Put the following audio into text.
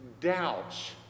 doubts